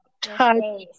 touch